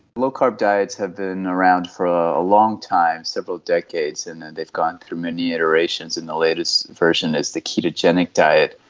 low carb diets have been around for a long time, several decades, and and they've gone through many iterations and the latest version is the ketogenic diet,